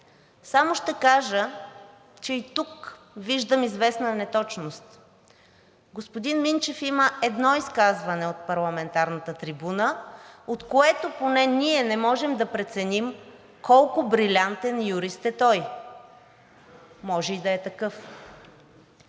Само ще кажа, че и тук виждам известна неточност. Господин Минчев има едно изказване от парламентарната трибуна, от което поне ние не можем да преценим колко брилянтен юрист е той. Може и да е такъв.